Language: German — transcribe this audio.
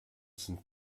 sind